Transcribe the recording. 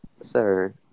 sir